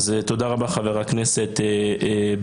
אז תודה רבה חבר הכנסת בליאק.